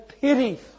pity